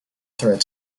threat